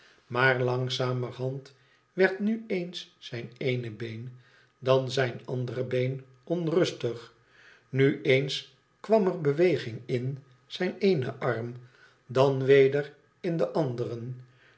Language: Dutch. maar langzamerhand werd nu eens zijn eene been dan zijn andere been onrustig nu eens kwam er beweging in zijn énen arm dan weder in den anderen